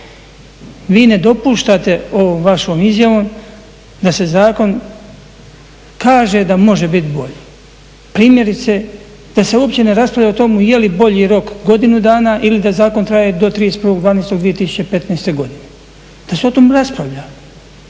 Vi ne dopuštate ovom vašom izjavom da se zakon kaže da može biti bolji. Primjerice, da se uopće ne raspravlja o tome je li bolji rok godinu dana ili da zakon traje do 31.12.2015. godine. Da se o tome ne raspravlja.